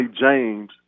James